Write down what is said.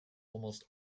almost